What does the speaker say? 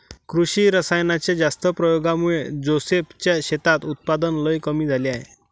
कृषी रासायनाच्या जास्त प्रयोगामुळे जोसेफ च्या शेतात उत्पादन लई कमी झाले आहे